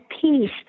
peace